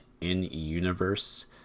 in-universe